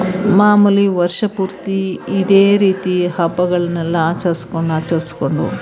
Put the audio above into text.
ಮಾಮುಲಿ ವರ್ಷ ಪೂರ್ತಿ ಇದೇ ರೀತಿ ಹಬ್ಬಗಳನ್ನೆಲ್ಲ ಆಚರ್ಸ್ಕೊಂಡು ಆಚರಿಸ್ಕೊಂಡು